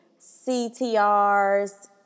CTRs